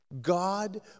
God